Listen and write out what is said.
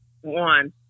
One